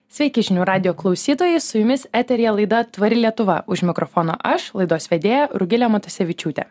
sveiki žinių radijo klausytojai su jumis eteryje laida tvari lietuva už mikrofono aš laidos vedėja rugilė matusevičiūtė